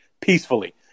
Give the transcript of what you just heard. peacefully